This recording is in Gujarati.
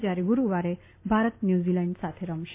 જ્યારે ગુરુવારે ભારત ન્યુઝીલેન્ડ સાથે રમશે